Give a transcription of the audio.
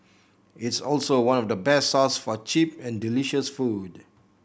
it's also one of the best source for cheap and delicious food